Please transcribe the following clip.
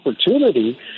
opportunity